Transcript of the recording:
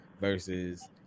versus